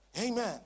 Amen